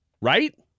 Right